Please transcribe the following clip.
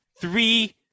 three